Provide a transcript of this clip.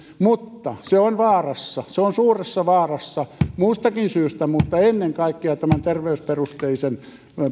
mutta se on vaarassa se on suuressa vaarassa muustakin syystä mutta ennen kaikkea tämän terveysperusteisen